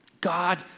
God